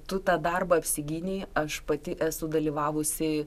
tu tą darbą apsigynei aš pati esu dalyvavusi